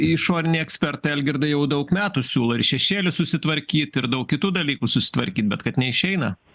išoriniai ekspertai algirdai jau daug metų siūlo ir šešėlį susitvarkyt ir daug kitų dalykų susitvarkyt bet kad neišeina